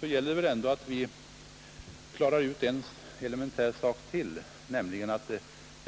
I detta sammanhang måste vi väl ändå slå fast ytterligare en Nr 111 elementär sak. Det